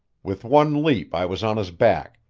with one leap i was on his back,